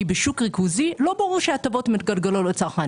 כי בשוק ריכוזי, לא ברור שההטבות מתגלגלות לצרכן.